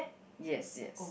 yes yes